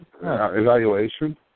evaluation